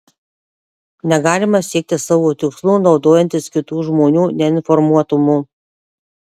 negalima siekti savo tikslų naudojantis kitų žmonių neinformuotumu